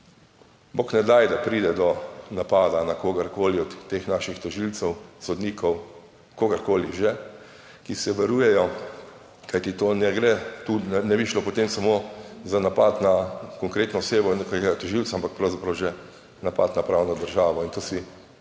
bog ne daj, da pride do napada na kogarkoli od teh naših tožilcev, sodnikov, kogarkoli že, ki se varujejo, kajti to ne gre, tu ne bi šlo potem samo za napad na konkretno osebo in tožilca, ampak pravzaprav že napad na pravno državo in to si